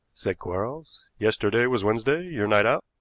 said quarles. yesterday was wednesday, your night out?